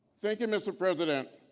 thank you mr. president,